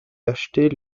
acheter